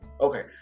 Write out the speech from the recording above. okay